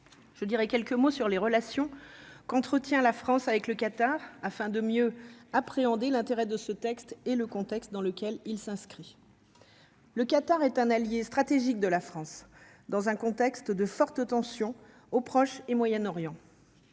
Je dirais, quelques mots sur les relations qu'entretient la France avec le Qatar afin de mieux appréhender l'intérêt de ce texte et le contexte dans lequel il s'inscrit. Le Qatar est un allié stratégique de la France dans un contexte de fortes tensions au Proche et Moyen-Orient